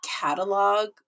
catalog